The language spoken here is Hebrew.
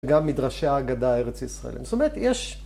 ‫גם מדרשי ההגדה, ארץ ישראל. ‫זאת אומרת, יש...